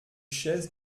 chaise